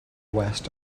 west